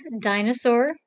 dinosaur